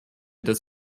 das